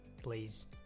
Please